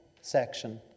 section